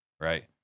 right